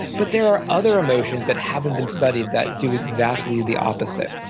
but there are other emotions that haven't been studied that do exactly the opposite.